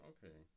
Okay